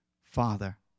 Father